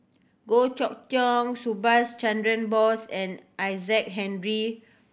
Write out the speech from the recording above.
Goh Chok Tong Subhas Chandra Bose and Isaac Henry